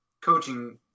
coaching